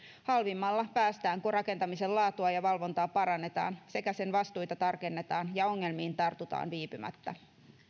halvimmalla päästään kun rakentamisen laatua ja valvontaa parannetaan sekä sen vastuita tarkennetaan ja ongelmiin tartutaan viipymättä